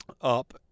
up